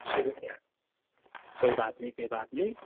شُکریہ کوئی بات نہیں کوئی بات نہیں